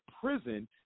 prison